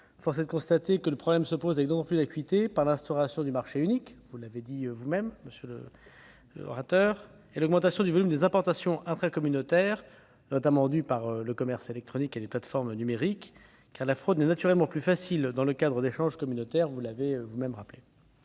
Force est de constater que le problème se pose avec d'autant plus d'acuité avec l'instauration du marché unique- vous l'avez relevé vous-même, monsieur le sénateur -et l'augmentation du volume des importations intracommunautaires, réalisée notamment par le commerce électronique et les plateformes numériques, car la fraude est naturellement plus facile dans le cadre d'échanges communautaires, ainsi que vous l'avez rappelé.